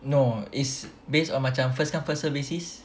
no is based on macam first come first basis